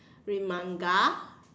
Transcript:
read Manga